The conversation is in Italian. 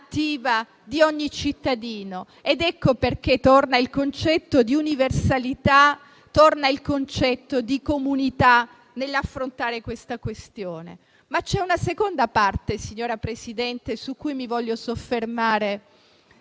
di ogni cittadino. Ed ecco perché torna il concetto di universalità e di comunità nell'affrontare la questione. È una parte, signora Presidente, su cui mi voglio soffermare